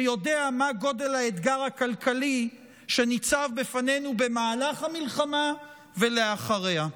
שיודע מה גודל האתגר הכלכלי שניצב בפנינו במהלך המלחמה ולאחריה?